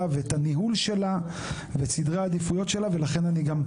ואת הניהול שלה ואת סדרי העדיפויות שלה ולכן אני גם,